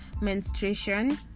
Menstruation